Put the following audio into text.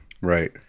right